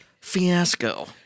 fiasco